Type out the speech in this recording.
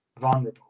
vulnerable